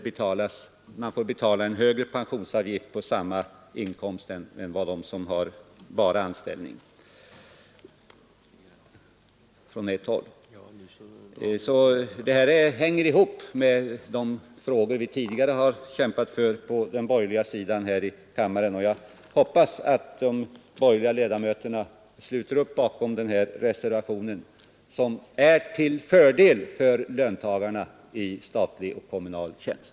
Dessa får ju betala högre pensionsavgift än de som bara har inkomst från ett håll. Jag hoppas att de borgerliga ledamöterna sluter upp bakom den här reservationen — som är till fördel för löntagarna i statlig och kommunal tjänst.